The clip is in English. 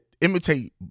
imitate